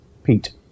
Pete